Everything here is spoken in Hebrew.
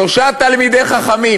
שלושה תלמידי חכמים.